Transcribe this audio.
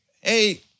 hey